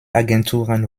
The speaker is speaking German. agenturen